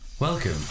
Welcome